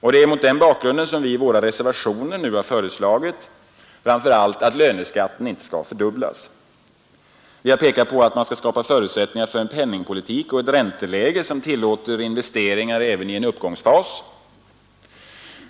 Det är mot den bakgrunden som vi i våra reservationer nu föreslagit framför allt att löneskatten inte skall fördubblas. Vi har pekat på att man måste skapa förutsättningar för en penningpolitik och ett ränteläge som tillåter investeringar även i en uppgångsfas.